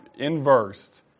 inversed